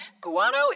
Guano